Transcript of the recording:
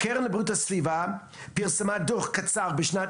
הקרן לבריאות הסביבה פרסמה דוח קצר בשנת